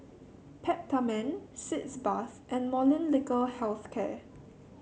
Peptamen Sitz Bath and Molnylcke Health Care